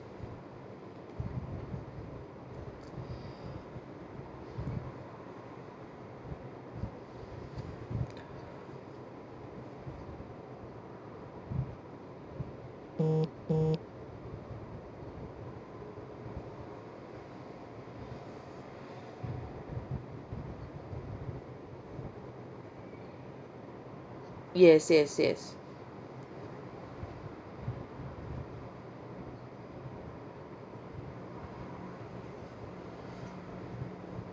yes yes yes